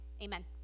Amen